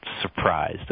surprised